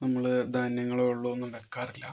നമ്മൾ ധാന്യങ്ങളോ വെള്ളമോ ഒന്നും വയ്ക്കാറില്ല